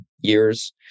years